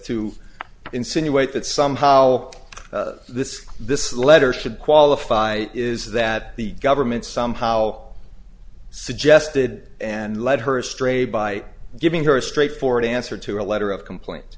to insinuate that somehow this this letter should qualify is that the government somehow suggested and let her stray by giving her a straightforward answer to a letter of complaint